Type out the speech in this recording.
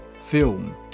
Film